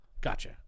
gotcha